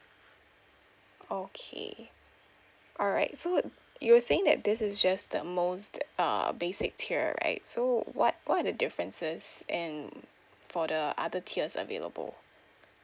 okay alright so you were saying that this is just the most uh basic tier right so what what are the differences and for the other tiers available